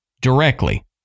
directly